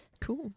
cool